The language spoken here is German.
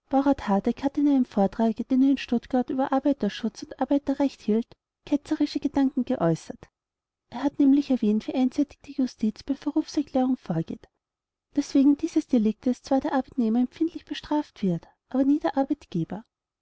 hat in einem vortrage den er in stuttgart über arbeiterschutz und arbeiterrecht hielt ketzerische gedanken geäußert er hat nämlich erwähnt wie einseitig die justiz bei verrufserklärungen vorgeht daß wegen dieses deliktes zwar der arbeitnehmer empfindlich bestraft wird aber nie der arbeitgeber